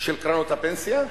קרנות הפנסיה,